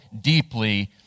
deeply